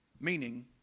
Meaning